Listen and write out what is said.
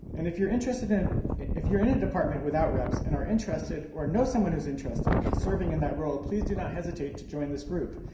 and if you're interested in if you're in a department without reps, and are interested, or know someone who's interested in serving in that role, please do not hesitate to join this group.